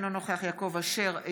אינו נוכח יעקב אשר,